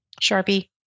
sharpie